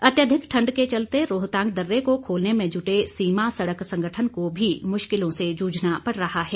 अत्यधिक ठंड के चलते रोहतांग दर्रे को खोलने में जुटे सीमा सड़क संगठन को भी मुश्किलों से जूझना पड़ रहा है